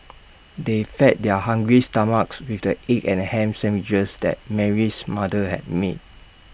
they fed their hungry stomachs with the egg and Ham Sandwiches that Mary's mother had made